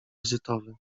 wizytowy